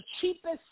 cheapest